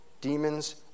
demons